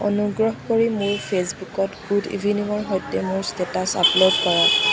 অনুগ্ৰহ কৰি মোৰ ফেইচবুকত গুড ইভিনিঙৰ সৈতে মোৰ ষ্টেটাচ আপলোড কৰা